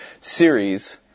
series